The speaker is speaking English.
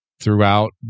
Throughout